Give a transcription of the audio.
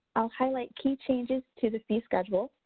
i'll highlight key changes to the fee schedule.